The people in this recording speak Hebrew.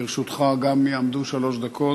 גם לרשותך יעמדו שלוש דקות.